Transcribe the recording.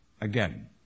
again